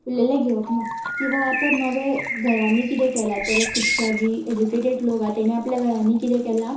उरलेंलें घेवप ना किंवा आतां नवे घरांनी कितें केलां तर खुबशा जीं एज्युकेटेड लोक आसा तेणी आपल्या घरांनी कितें केलां